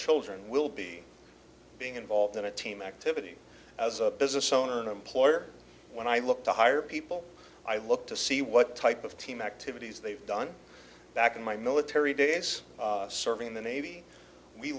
children will be being involved in a team activity as a business owner an employer when i look to hire people i look to see what type of team activities they've done back in my military days serving in the navy we